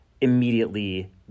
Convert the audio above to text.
Immediately